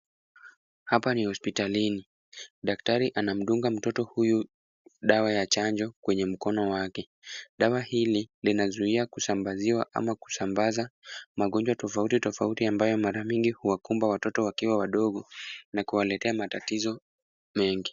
Hapa ni hospitalini. Daktari anamdunga mtoto huyu dawa ya chanjo kwenye mkono wake. Dawa hili linazuia kusambaziwa au kusambaza magonjwa tofauti tofauti ambayo mara mingi huwakumba watoto wakiwa wadogo na kuwaletea matatizo mengi.